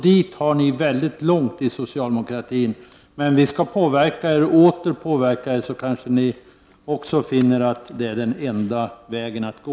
Dit har ni väldigt långt inom socialdemokratin, men vi skall påverka och åter påverka er så att ni kanske också finner att det är enda vägen att gå.